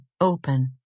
open